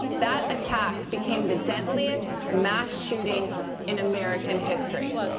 that attack became the deadliest mass shooting in american history.